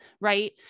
Right